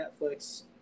Netflix